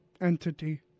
Entity